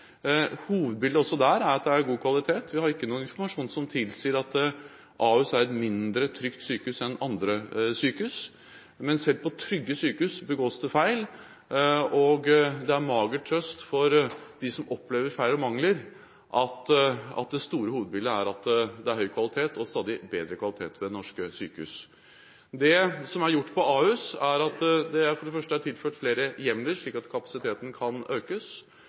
Hovedbildet er også der at det er god kvalitet. Vi har ikke noen informasjon som tilsier at Ahus er et mindre trygt sykehus enn andre sykehus, men selv på trygge sykehus begås det feil. Det er mager trøst for dem som opplever feil og mangler at det store hovedbildet er at det er høy kvalitet, og stadig bedre kvalitet, ved norske sykehus. Det som er gjort på Ahus, er for det første at det er tilført flere hjemler slik at kapasiteten kan økes,